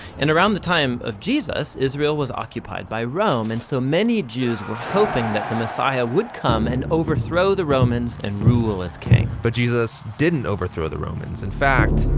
and around the time of jesus, israel was occupied by rome and so many jews were hoping that the messiah would come and overthrow the romans and rule as king. but jesus didn't overthrow the romans, in fact,